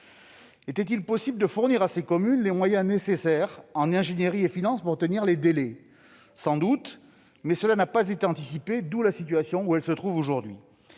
Était-il possible de fournir à ces communes les moyens nécessaires en ingénierie et en finances pour tenir les délais ? Sans doute, mais cela n'a pas été anticipé, d'où la situation où elles se trouvent aujourd'hui.